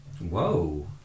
Whoa